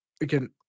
again